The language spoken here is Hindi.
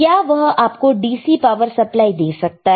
क्या वह आप को DC पावर सप्लाई दे सकता है